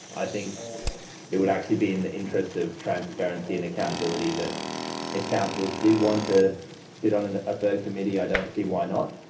i think it would actually be in the interests of transparency and accountability that of councillors did want to sit on and a third committee i don't see why not.